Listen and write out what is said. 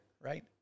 right